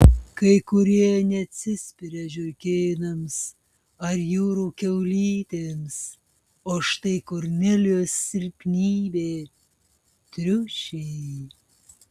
kai kurie neatsispiria žiurkėnams ar jūrų kiaulytėms o štai kornelijos silpnybė triušiai